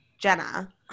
Jenna